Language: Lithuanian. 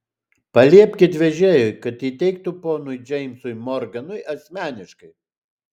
paliepkit vežėjui kad įteiktų ponui džeimsui morganui asmeniškai